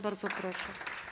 Bardzo proszę.